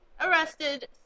arrested